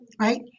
right